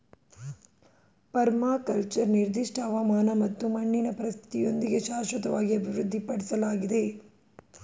permaculture ನಿರ್ದಿಷ್ಟ ಹವಾಮಾನ ಮತ್ತು ಮಣ್ಣಿನ ಪರಿಸ್ಥಿತಿಯೊಂದಿಗೆ ಶಾಶ್ವತವಾಗಿ ಅಭಿವೃದ್ಧಿಪಡ್ಸಲಾಗಿದೆ